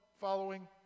following